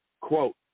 quote